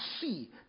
see